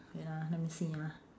wait ah let me see ah